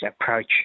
approach